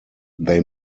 they